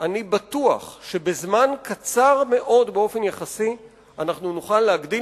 אני בטוח שבזמן קצר מאוד באופן יחסי נוכל להגדיל